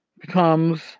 becomes